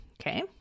Okay